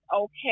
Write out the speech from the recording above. okay